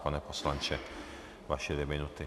Pane poslanče, vaše dvě minuty.